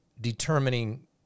determining